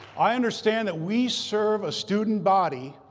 i understand that we serve a student body